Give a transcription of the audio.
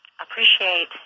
appreciate